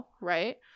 right